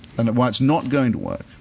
and why it's not going to work,